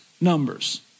numbers